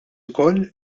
ukoll